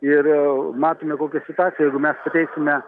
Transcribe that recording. ir matome kokia situacija jeigu mes pateiksime